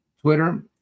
Twitter